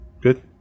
Good